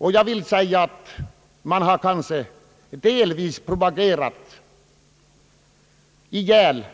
Man har på det sättet måhända propagerat ihjäl